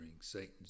Satan's